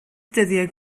dyddiau